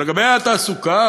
ולגבי התעסוקה,